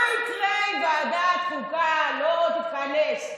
מה יקרה אם ועדת חוקה לא תתכנס?